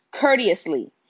courteously